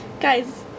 Guys